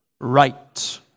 right